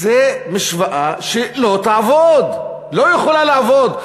זו משוואה שלא תעבוד, לא יכולה לעבוד.